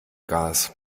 gas